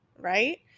right